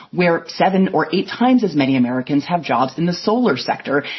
where seven or eight times as many americans have jobs in the solar sector,